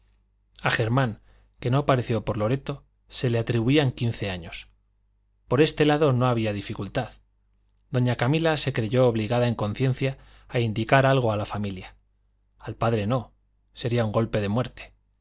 a germán que no pareció por loreto se le atribuían quince años por este lado no había dificultad doña camila se creyó obligada en conciencia a indicar algo a la familia al padre no sería un golpe de muerte